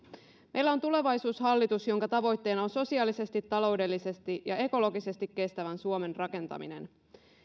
meillä on tulevaisuushallitus jonka tavoitteena on sosiaalisesti taloudellisesti ja ekologisesti kestävän suomen rakentaminen